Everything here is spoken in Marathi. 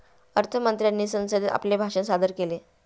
अर्थ मंत्र्यांनी संसदेत आपले भाषण सादर केले